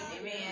Amen